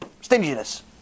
stinginess